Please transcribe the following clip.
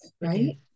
right